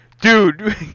Dude